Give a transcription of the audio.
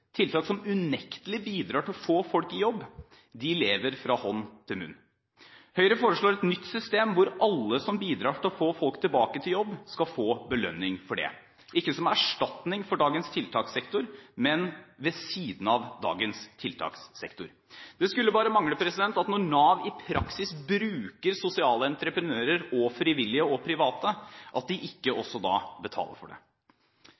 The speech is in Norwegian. tiltak som unektelig bidrar til å få folk i jobb – lever fra hånd til munn. Høyre foreslår et nytt system hvor alle som bidrar til å få folk tilbake i jobb, skal få belønning for det – ikke som erstatning for dagens tiltakssektor, men ved siden av dagens tiltakssektor. Det skulle bare mangle at når Nav i praksis bruker sosiale entreprenører, frivillige og private, at man ikke da også betaler for det.